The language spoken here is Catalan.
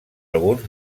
alguns